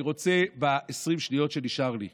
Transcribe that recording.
אני רוצה ב-20 השניות שנשארו לי,